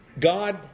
God